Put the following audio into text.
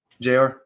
JR